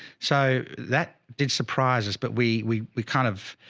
so that did surprise us. but we, we, we kind of,